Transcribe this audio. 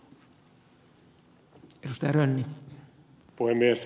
arvoisa puhemies